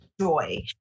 joy